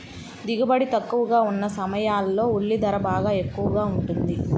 దిగుబడి తక్కువగా ఉన్న సమయాల్లో ఉల్లి ధర బాగా ఎక్కువగా ఉంటుంది